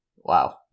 wow